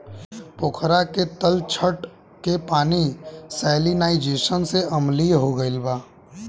पोखरा के तलछट के पानी सैलिनाइज़ेशन से अम्लीय हो गईल बा